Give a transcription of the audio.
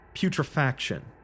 putrefaction